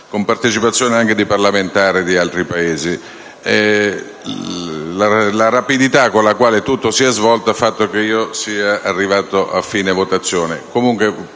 con la partecipazione anche di parlamentari di altri Paesi. La rapidità con la quale tutto si è svolto ha fatto sì che io sia arrivato a fine votazione.